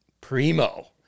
primo